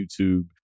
YouTube